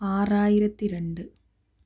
ആറായിരത്തി രണ്ട്